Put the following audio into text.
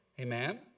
Amen